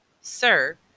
Sir